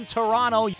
Toronto